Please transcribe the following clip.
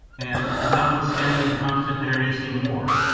and, notwithstanding constant internecine war,